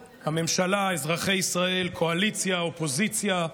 הממשלה, אזרחי ישראל, קואליציה, אופוזיציה,